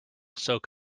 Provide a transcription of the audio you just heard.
soak